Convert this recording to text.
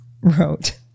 wrote